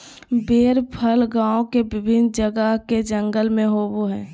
बेर फल गांव के विभिन्न जगह के जंगल में होबो हइ